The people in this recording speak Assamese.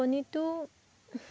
কণীটো